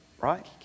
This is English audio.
Right